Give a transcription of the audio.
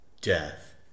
death